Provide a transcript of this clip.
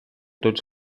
tots